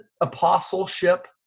apostleship